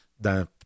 dans